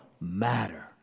matter